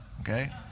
okay